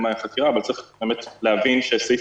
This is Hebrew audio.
חקירה כמעין סעיף שמאזן אבל צריך להבין שסעיף